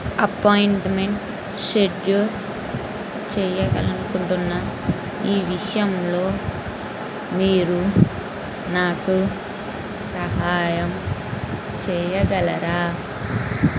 అపాయింట్మెంట్ను schedule చేయలనుకుంటున్నాను ఈవిషయంలో మీరు నాకు సహాయం చేయగలరా